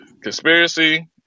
conspiracy